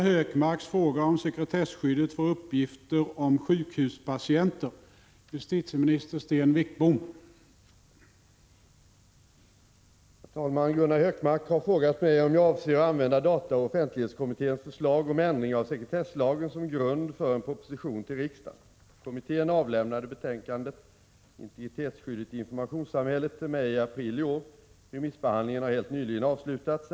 Herr talman! Gunnar Hökmark har frågat mig om jag avser att använda dataoch offentlighetskommitténs förslag om ändring av sekretesslagen som grund för proposition till riksdagen. Kommittén avlämnade betänkandet Integritetsskyddet i informationssamhället till mig i april i år. Remissbehandlingen har helt nyligen avslutats.